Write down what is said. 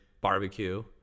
barbecue